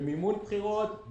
במימון בחירות,